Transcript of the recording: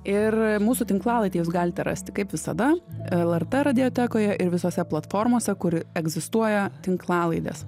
ir mūsų tinklalaidę jūs galite rasti kaip visada lrt radiotekoje ir visose platformose kur egzistuoja tinklalaidės